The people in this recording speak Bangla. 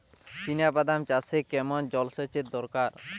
চিনাবাদাম চাষে কেমন জলসেচের দরকার?